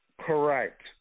Correct